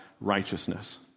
righteousness